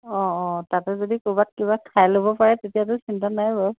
অঁ অঁ তাতে যদি কৰোবাত কিবা খাই ল'ব পাৰে তেতিয়াতো চিন্তা নাই বাৰু